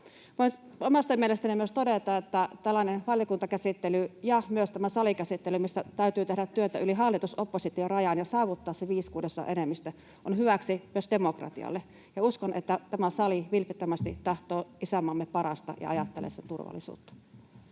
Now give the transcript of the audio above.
että omasta mielestäni tällainen valiokuntakäsittely ja myös tämä salikäsittely, missä täytyy tehdä työtä yli hallitus—oppositio-rajan ja saavuttaa se viiden kuudesosan enemmistö, on hyväksi myös demokratialle. Uskon, että tämä sali vilpittömästi tahtoo isänmaamme parasta ja ajattelee sen turvallisuutta.